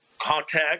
contact